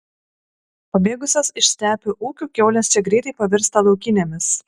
pabėgusios iš stepių ūkių kiaulės čia greitai pavirsta laukinėmis